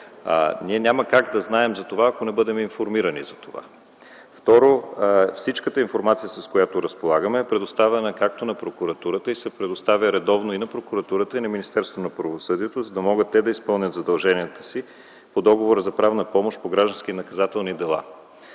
Няма как да знаем за това, ако не бъдем информирани. Второ, цялата информация, с която разполагаме, е предоставяна на прокуратурата, предоставя се редовно както на нея, така и на Министерството на правосъдието, за да могат те да изпълняват задълженията си по Договора за правна помощ по граждански и наказателни дела